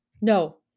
No